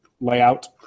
layout